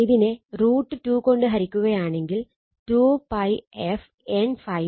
ഇതിനെ √ 2 കൊണ്ട് ഹരിക്കുകയാണെങ്കിൽ 2 𝜋 f N ∅max √ 2